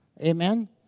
Amen